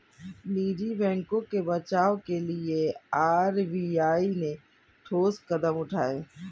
निजी बैंकों के बचाव के लिए आर.बी.आई ने ठोस कदम उठाए